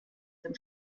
dem